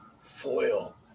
foil